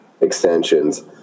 extensions